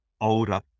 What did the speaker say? older